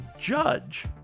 judge